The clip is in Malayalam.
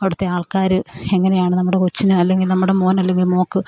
അവിടുത്തെ ആൾക്കാർ എങ്ങനെയാണ് നമ്മുടെ കൊച്ചിനെ അല്ലെങ്കിൽ നമ്മുടെ മകൻ അല്ലെങ്കിൽ മകൾക്ക്